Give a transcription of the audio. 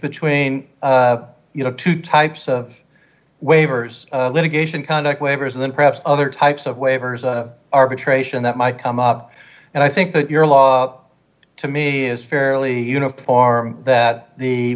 between you know two types of waivers litigation conduct waivers and then perhaps other types of waivers arbitration that might come up and i think that your law to me is fairly uniform that the